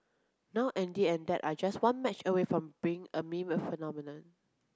now Andy and dad are just one match away from becoming a meme phenomenon